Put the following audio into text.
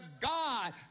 God